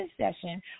session